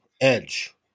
edge